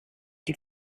die